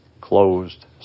closed